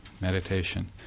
meditation